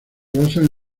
basan